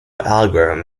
algorithm